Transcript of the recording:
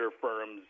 firms